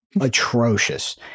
Atrocious